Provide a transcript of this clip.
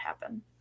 happen